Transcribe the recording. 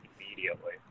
immediately